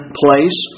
place